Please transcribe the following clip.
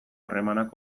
harremanak